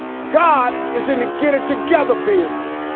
god is in the get it together business.